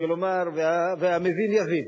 והמבין יבין.